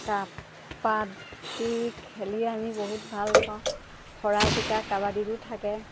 কাবাডী খেলি আমি বহুত ভাল পাওঁ হৰা জিকা কাবাডীতো থাকে